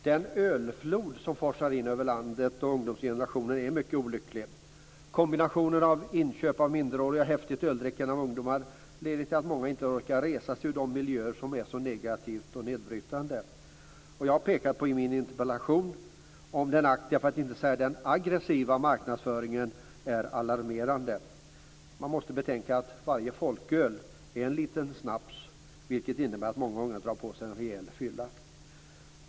Den "ölflod" som forsar in över landet och ungdomsgenerationen är mycket olycklig. Kombinationen av minderårigas inköp och häftigt öldrickande ungdomar leder till att många inte orkar resa sig ur miljöer som är negativa och nedbrytande. I min interpellation pekar jag på att den aktiva, för att inte säga aggressiva, marknadsföringen är alarmerande. Man måste betänka att varje folköl är en liten snaps, vilket innebär att många ungdomar drar på sig en rejäl fylla.